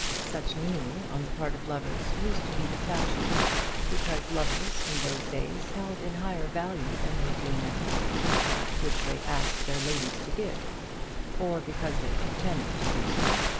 such kneeling on the part of lovers used to be the fashion because lovers in those days held in higher value than they do now that which they asked their ladies to give or because they pretended to do so.